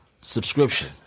subscription